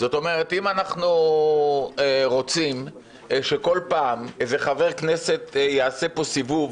זאת אומרת שאם אנחנו רוצים שכל פעם איזה חבר כנסת יעשה פה סיבוב